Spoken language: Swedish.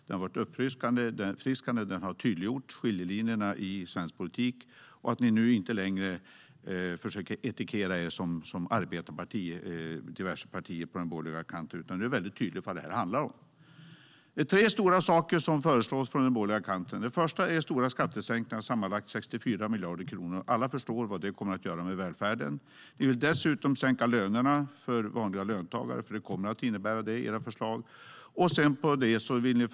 Den har varit uppfriskande, och den har tydliggjort skiljelinjerna i svensk politik och att ni nu inte längre, i diverse partier på den borgerliga kanten, försöker etikettera er som arbetarparti. Det är väldigt tydligt vad er politik handlar om. Det är tre stora saker som föreslås från den borgerliga kanten. Det första är stora skattesänkningar på sammanlagt 64 miljarder kronor. Alla förstår vad det kommer att göra med välfärden. Ni vill dessutom sänka lönerna för vanliga löntagare, för det är vad era förslag kommer att innebära.